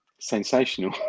sensational